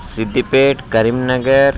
Siddipet Karimnagar